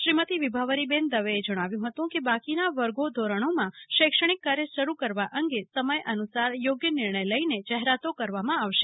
શ્રીમતી વિભાવરીબેન દવેએ જણાવ્યુ હતુ કે બાકીના વર્ગો ધોરણોમાં શૌક્ષણિક કાર્ય શરૂ કરવા અંગે સમયાનુસાર યોગ્ય નિર્ણય લઇને જાહેરતા કરવામા આવશે